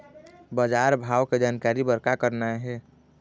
बजार भाव के जानकारी बर का करना हे?